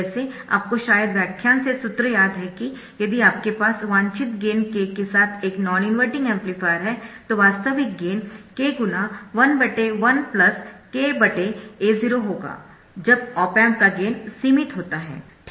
वैसे आपको शायद व्याख्यान से सूत्र याद है कि यदि आपके पास वांछित गेन k के साथ एक नॉन इनवर्टिंग एम्पलीफायर है तो वास्तविक गेन k × 11 kA0 होगा जब ऑप एम्प का गेन सीमित होता है